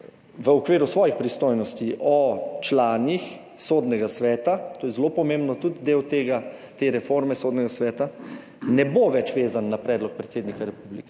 v okviru svojih pristojnosti o članih Sodnega sveta – to je zelo pomembno, tudi del te reforme Sodnega sveta – ne bo več vezan na predlog predsednika republike.